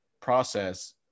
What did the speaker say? process